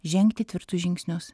žengti tvirtus žingsnius